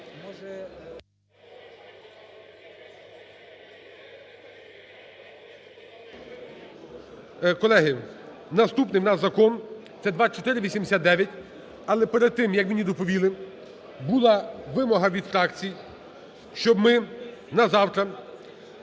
Колеги, наступний в нас закон – це 2489. Але перед тим, як мені доповіли, була вимога від фракцій, щоб ми на завтра